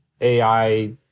AI